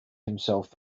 himself